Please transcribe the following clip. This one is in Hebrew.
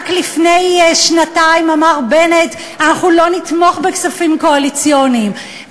רק לפני שנתיים אמר בנט: אנחנו לא נתמוך בכספים קואליציוניים.